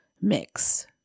mix